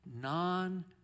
non